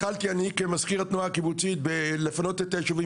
התחלתי אני כמזכיר התנועה הקיבוצית בלפנות את הישובים,